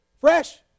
Fresh